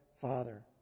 father